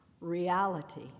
Reality